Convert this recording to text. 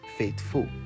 faithful